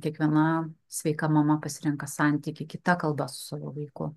kiekvienam sveika mama pasirenka santykį kita kalba su vaiku